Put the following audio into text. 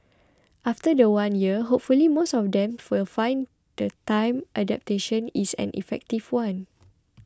after the one year hopefully most of them will find the adaptation is an effective one